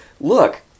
look